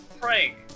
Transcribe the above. prank